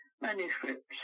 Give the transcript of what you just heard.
manuscripts